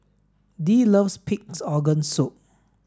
dee loves pig's organ soup